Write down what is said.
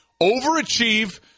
overachieve